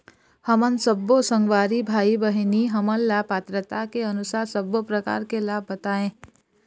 हमन सब्बो संगवारी भाई बहिनी हमन ला पात्रता के अनुसार सब्बो प्रकार के लाभ बताए?